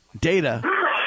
data